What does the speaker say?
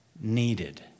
needed